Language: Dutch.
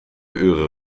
uren